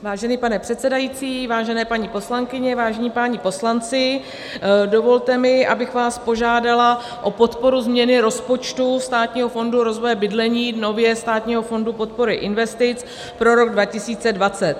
Vážený pane předsedající, vážené paní poslankyně, vážení páni poslanci, dovolte mi, abych vás požádala o podporu změny rozpočtu Státního fondu rozvoje bydlení, nově Státního fondu podpory investic, pro rok 2020.